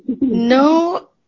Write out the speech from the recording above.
No